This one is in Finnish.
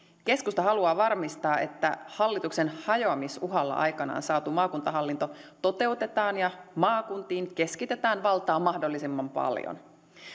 keskusta haluaa varmistaa että hallituksen hajoamisen uhalla aikaansaatu maakuntahallinto toteutetaan ja maakuntiin keskitetään valtaa mahdollisimman paljon